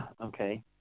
Okay